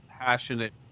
passionate